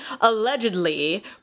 allegedly